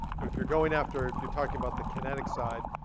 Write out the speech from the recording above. but if you're going after, if you're talking about the kinetic side,